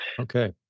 okay